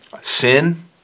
sin